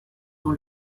dans